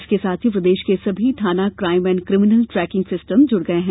इसके साथ ही प्रदेश के सभी थाना crime and criminal tracking system जुड़ गये हैं